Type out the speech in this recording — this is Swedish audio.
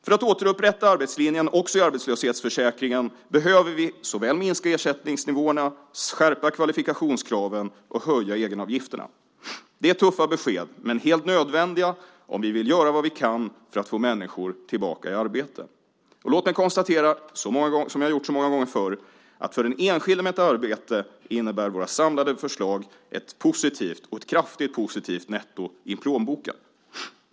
För att återupprätta arbetslinjen också i arbetslöshetsförsäkringen behöver vi minska ersättningsnivåerna, skärpa kvalifikationskraven och höja egenavgifterna. Det är tuffa besked, men helt nödvändiga om vi vill göra vad vi kan för att få människor tillbaka i arbete. Låt mig konstatera, som jag gjort så många gånger förr, att för den enskilde med ett arbete innebär våra samlade förslag ett kraftigt positivt netto i plånboken.